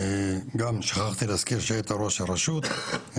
גם שכחתי להזכיר שהיית ראש הרשות.